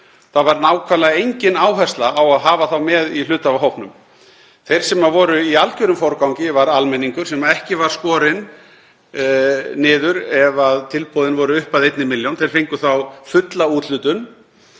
Það var nákvæmlega engin áhersla á að hafa þá með í hluthafahópnum. Þeir sem voru í algerum forgangi var almenningur sem ekki var skorinn niður ef tilboðin voru upp að 1 milljón. Þeir fengu þá fulla úthlutun.